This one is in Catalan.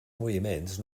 moviments